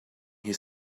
here